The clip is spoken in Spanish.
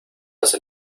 las